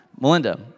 Melinda